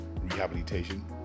rehabilitation